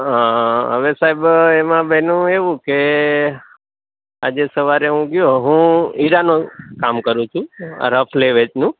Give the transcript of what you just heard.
હવે સાહેબ એમાં બન્યું એવું કે આજે સવારે હું ગયો હું હીરાનું કામ કરુ છુ રફ લે વેચનું